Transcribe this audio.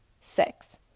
Six